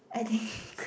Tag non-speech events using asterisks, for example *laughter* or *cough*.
I think *breath*